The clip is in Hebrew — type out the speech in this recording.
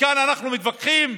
וכאן אנחנו מתווכחים,